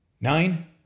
nine